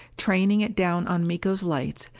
training it down on miko's lights,